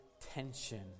tension